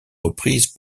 reprise